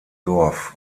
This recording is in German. dorf